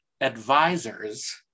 advisors